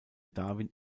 darwin